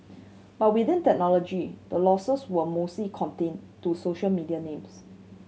but within technology the losses were mostly contained to social media names